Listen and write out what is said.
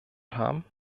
haben